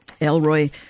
Elroy